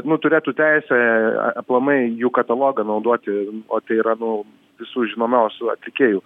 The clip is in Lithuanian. nu turėtų teisę aplamai jų katalogą naudoti o tai yra nu visų žinomiausių atlikėjų